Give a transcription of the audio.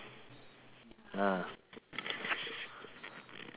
ah